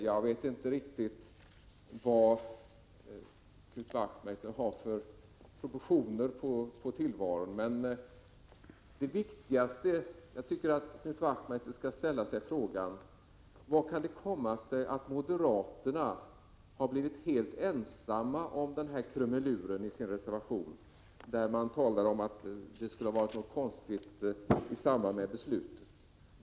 Jag vet inte riktigt vilka proportioner Knut Wachtmeister har i sin syn på tillvaron, men jag tycker att Knut Wachtmeister skall ställa sig frågan: Hur kan det komma sig att moderaterna har blivit helt ensamma om den här krumeluren i den reservation där man talar om att det skulle ha varit något konstigt i samband med beslutet?